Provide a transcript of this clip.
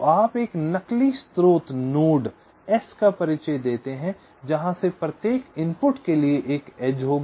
तो आप एक नकली स्रोत नोड s का परिचय देते हैं जहां से प्रत्येक इनपुट के लिए एक एज होगी